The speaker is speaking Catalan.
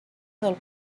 del